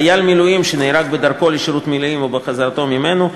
חייל מילואים שנהרג בדרכו לשירות מילואים או בחזרתו ממנו,